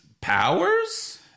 powers